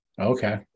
Okay